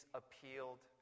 appealed